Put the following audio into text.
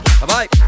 Bye-bye